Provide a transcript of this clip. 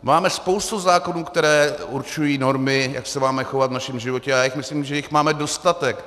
Máme spoustu zákonů, které určují normy, jak se máme chovat v našem životě, a já si myslím, že jich máme dostatek.